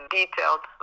detailed